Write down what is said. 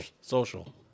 Social